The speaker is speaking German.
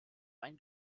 ein